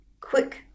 quick